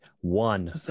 One